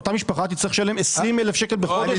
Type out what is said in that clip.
אותה משפחה תצטרך לשלם 20,000 שקלים בחודש 15 שנה.